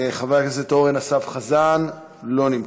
חבר הכנסת אורן אסף חזן, לא נמצא.